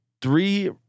three